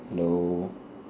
hello